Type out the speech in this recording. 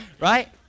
Right